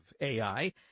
AI